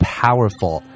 powerful